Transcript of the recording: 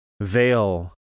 Veil